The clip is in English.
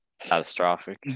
Catastrophic